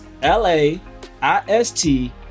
L-A-I-S-T